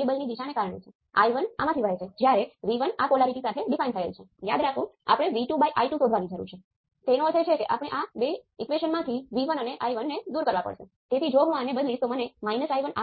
સૌથી ટ્રાઈવલ કેસમાં જ્યારે તમારા રેઝિસ્ટિવ નેટવર્કમાં દરેક રેઝિસ્ટરને કંટ્રોલ સોર્સ નો ઉપયોગ કરીને લાગુ કરવામાં આવે છે જો તમે તે ન કરો તો પણ જો તમે ઇક્વિવેલન્ટ રેઝિસ્ટર ને સમજવા માટે કંટ્રોલ સોર્સ નો ઉપયોગ ન કરો તો પણ તમે તેમને